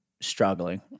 struggling